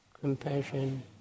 compassion